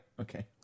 Okay